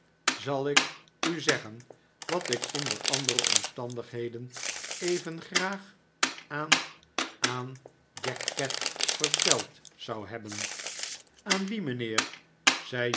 zal ik u zeggen wat ik onder andere omstandigheden even graag aan aan jack ketch verteld zou hebben aan wien mijnheer